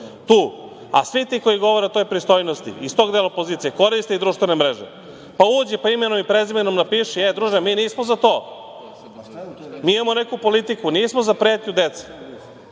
Tu. A, svi ti koji govore o toj pristojnosti iz tog dela opozicije koriste i društvene mreže. Pa, uđi, pa imenom i prezimenom napiše – druže, mi nismo za to, mi imamo neku politiku, nismo za pretnju deci,